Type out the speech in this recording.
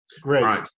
Great